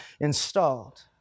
installed